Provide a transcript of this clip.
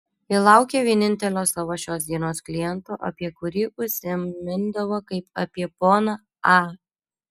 ji laukė vienintelio savo šios dienos kliento apie kurį užsimindavo kaip apie poną a